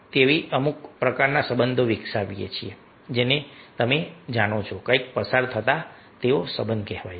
તેથી અમે અમુક પ્રકારના સંબંધ વિકસાવીએ છીએ જેને તમે જાણો છો કંઈક પસાર થતો સંબંધ કહેવાય છે